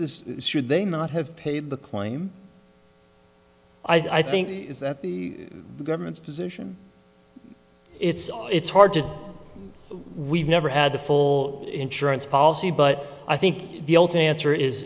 this should they not have paid the claim i think is that the government's position it's it's hard to we've never had a full insurance policy but i think the answer is